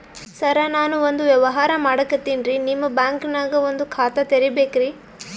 ಸರ ನಾನು ಒಂದು ವ್ಯವಹಾರ ಮಾಡಕತಿನ್ರಿ, ನಿಮ್ ಬ್ಯಾಂಕನಗ ಒಂದು ಖಾತ ತೆರಿಬೇಕ್ರಿ?